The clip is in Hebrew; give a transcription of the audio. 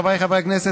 חבריי חברי הכנסת,